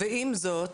ועם זאת,